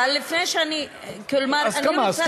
אבל לפני שאני, כלומר, אני רוצה להבין.